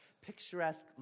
picturesque